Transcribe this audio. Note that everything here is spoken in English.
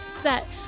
set